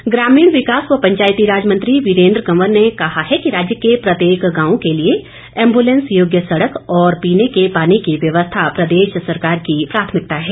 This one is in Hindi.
कंवर ग्रामीण विकास व पंचायतीराज मंत्री वीरेंद्र कंवर ने कहा है कि राज्य के प्रत्येक गांव के लिए एम्बलेंस योग्य सड़क और पीने के पानी की व्यवस्था प्रदेश सरकार की प्राथमिकता है